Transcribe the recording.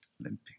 limping